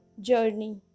journey